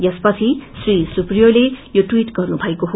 यसपछि श्री सुप्रियोले यो टवीट गर्नुभएको हो